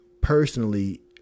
personally